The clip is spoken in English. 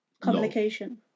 Communication